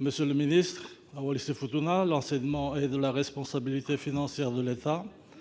Monsieur le ministre, à Wallis-et-Futuna, l'enseignement est de la responsabilité financière de l'État.